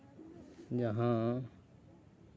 ᱡᱟᱦᱟᱸ